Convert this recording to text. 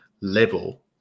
level